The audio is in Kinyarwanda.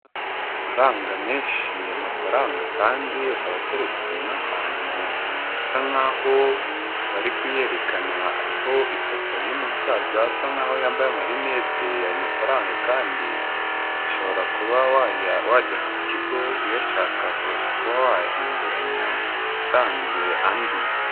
Amafaranga menshi, amafaranga kandi aba ateretse nk'ahantu isa nkaho bari kuyerekana, ariho ifoto y'umusaza usa nkaho yambaye amarinete, ayo mafaranga kandi ushobora kuba wajya ku kigo, uyashaka ukasha kuba wayahinduranya utanze andi.